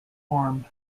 form